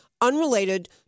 unrelated